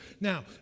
Now